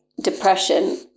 depression